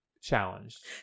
challenged